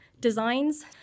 designs